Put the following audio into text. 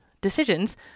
decisions